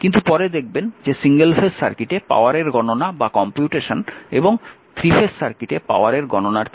কিন্তু পরে দেখবেন যে সিঙ্গেল ফেজ সার্কিটে পাওয়ারের গণনা বা কম্পিউটেশন এবং 3 ফেজ সার্কিটে পাওয়ারের গণনার থেকে আলাদা